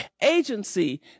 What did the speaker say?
agency